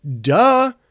Duh